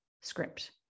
script